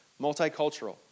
multicultural